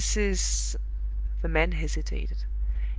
mrs the man hesitated.